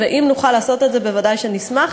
אם נוכל לעשות את זה, בוודאי נשמח.